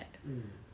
mm